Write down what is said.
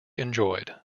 enjoyed